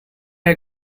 are